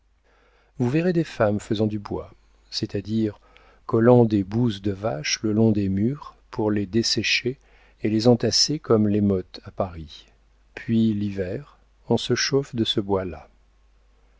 vous verrez des femmes faisant du bois c'est-à-dire collant des bouses de vache le long des murs pour les dessécher et les entasser comme les mottes à paris puis l'hiver on se chauffe de ce bois là